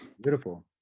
Beautiful